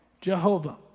Jehovah